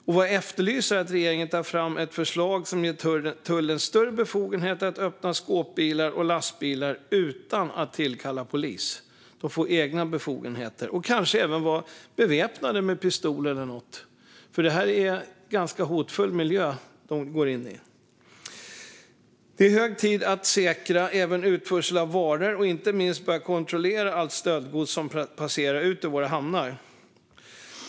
Vad jag efterlyser är att regeringen tar fram ett förslag som ger tullen större befogenheter att öppna skåpbilar och lastbilar utan att kalla på polis. Kanske behöver de som jobbar där också vara beväpnade med pistol eller något, för det kan vara en hotfull miljö. Det är hög tid att säkra även utförsel av varor och inte minst att börja kontrollera allt stöldgods som passerar ut från våra hamnar.